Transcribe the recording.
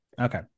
Okay